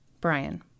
Brian